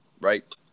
Right